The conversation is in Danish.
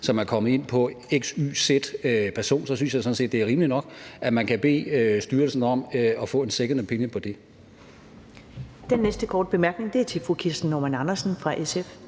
som er kommet ind på x, y, z person, så synes jeg sådan set, det er rimeligt nok, at man kan bede styrelsen om at få en second opinion på det. Kl. 11:35 Første næstformand (Karen Ellemann): Den næste